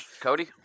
Cody